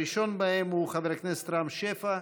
הראשון בהם הוא חבר הכנסת רם שפע.